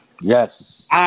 Yes